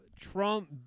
Trump